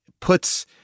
puts